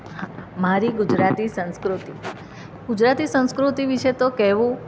હા મારી ગુજરાતી સંસ્કૃતિ ગુજરાતી સંસ્કૃતિ વિષે તો કહેવું